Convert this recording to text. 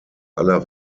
aller